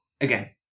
again